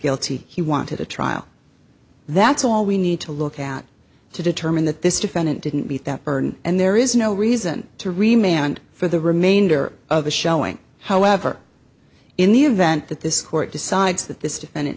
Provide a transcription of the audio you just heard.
guilty he wanted a trial that's all we need to look at to determine that this defendant didn't meet that burden and there is no reason to remain and for the remainder of the showing however in the event that this court decides that this defendant